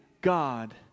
God